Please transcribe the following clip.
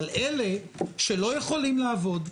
אבל אלה שלא יכולים לעבוד,